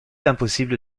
impossible